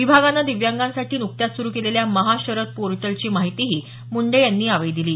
विभागाने दिव्यांगांसाठी नुकत्याच सुरू केलेल्या महाशरद पोर्टलची माहितीही मुंडे यांनी यावेळी दिली